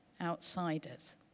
outsiders